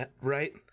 right